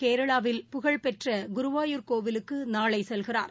கேரளவில் புகழ்பெற்றகுருவாயூர் கோவிலுக்குநாளைசெல்கிறார்